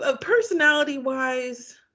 personality-wise